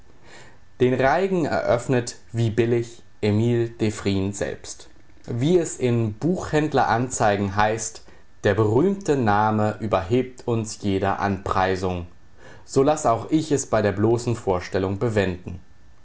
den reigen eröffnet wie billig emil devrient selbst wie es in buchhändler anzeigen heißt der berühmte name überhebt uns jeder anpreisung so laß auch ich es bei der bloßen vorstellung bewenden